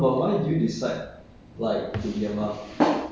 but I but eventually 我还是回来的